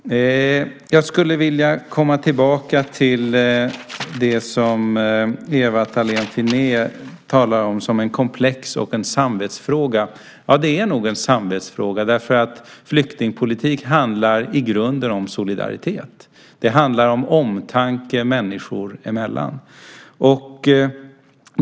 Jag skulle vilja komma tillbaka till det som Ewa Thalén Finné talar om som en komplex fråga och en samvetsfråga. Ja, det är nog en samvetsfråga därför att flyktingpolitik i grunden handlar om solidaritet, om omtanke människor emellan.